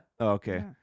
Okay